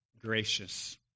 gracious